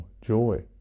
joy